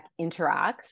interacts